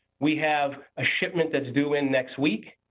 we have a shipment that's due in next week,